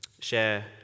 share